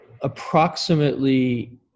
approximately